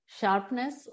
sharpness